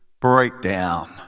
breakdown